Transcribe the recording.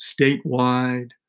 statewide